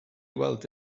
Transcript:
weld